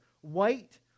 white